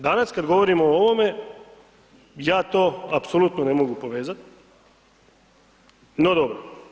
Danas kad govorimo o ovome, ja to apsolutno ne mogu povezati, no dobro.